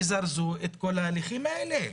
תזרזו את כל ההליכים האלה.